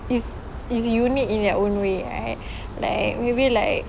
is is unique in their own way I like maybe like